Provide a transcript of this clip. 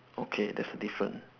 okay that's the different